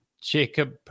Jacob